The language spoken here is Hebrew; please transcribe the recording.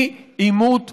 היא עימות צבאי.